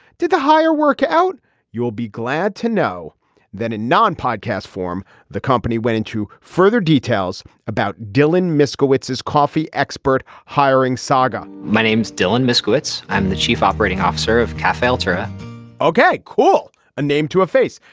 did the hire work out you will be glad to know that a non podcast form the company went into further details about dylan moskowitz his coffee expert hiring saga. my name's dylan moskowitz i'm the chief operating officer of cafe ultra ok. cool a name to a face.